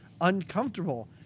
uncomfortable